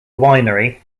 winery